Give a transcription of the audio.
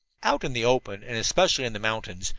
out in the open, and especially in the mountains,